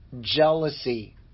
jealousy